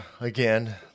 again